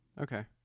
Okay